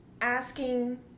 asking